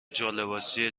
جالباسی